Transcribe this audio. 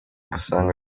asanga